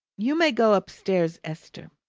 you may go upstairs, esther!